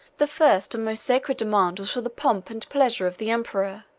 the first and most sacred demand was for the pomp and pleasure of the emperor,